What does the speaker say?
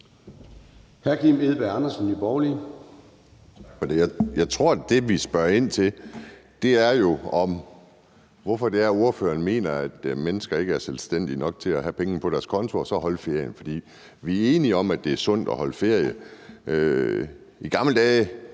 Tak for det. Det, vi spørger ind til, er jo, hvorfor ordføreren mener, at mennesker ikke er selvstændige nok til at have pengene på deres konto og så holde ferien. For vi er enige om, at det er sundt at holde ferie. I gamle dage,